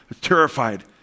terrified